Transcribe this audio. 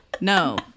No